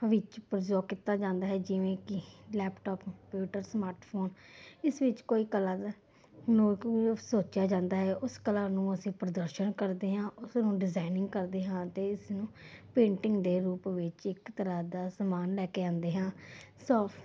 ਵਿੱਚ ਪ੍ਰਯੋਗ ਕੀਤਾ ਜਾਂਦਾ ਹੈ ਜਿਵੇਂ ਕਿ ਲੈਪਟੋਪ ਕੰਪਿਊਟਰ ਸਮਾਰਟਫੋਨ ਇਸ ਵਿੱਚ ਕੋਈ ਕਲਾ ਸੋਚਿਆ ਜਾਂਦਾ ਹੈ ਉਸ ਕਲਾ ਨੂੰ ਅਸੀਂ ਪ੍ਰਦਰਸ਼ਨ ਕਰਦੇ ਹਾਂ ਉਸ ਨੂੰ ਡਿਜਾਇਨਿੰਗ ਕਰਦੇ ਹਾਂ ਅਤੇ ਇਸ ਨੂੰ ਪੇਂਟਿੰਗ ਦੇ ਰੂਪ ਵਿੱਚ ਇੱਕ ਤਰ੍ਹਾਂ ਦਾ ਸਮਾਨ ਲੈ ਕੇ ਆਉਂਦੇ ਹਾਂ ਸੋ